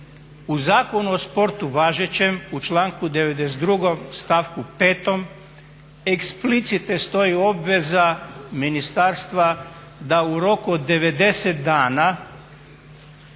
U Zakonu o sportu važećem u članku 92. stavku 5. eksplicite stoji obveza ministarstva da u roku od 90 dana,